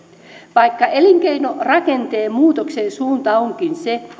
vaikka elinkeinorakenteen muutoksen suunta onkin se